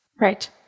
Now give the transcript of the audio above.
Right